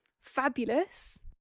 fabulous